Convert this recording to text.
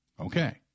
Okay